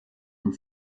und